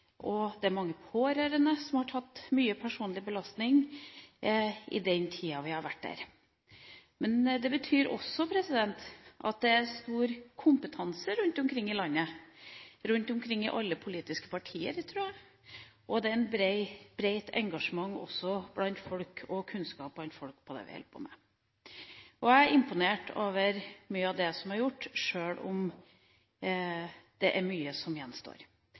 personlig belastning, også mange pårørende har hatt en stor personlig belastning i den tida vi har vært der. Men det betyr også at det er stor kompetanse rundt omkring i landet, rundt omkring i alle politiske partier, tror jeg, og det er et bredt engasjement og kunnskap blant folk om det vi holder på med. Jeg er imponert over mye av det som er gjort, sjøl om det er mye som gjenstår.